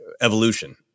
evolution